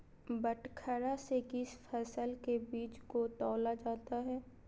बटखरा से किस फसल के बीज को तौला जाता है?